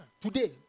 Today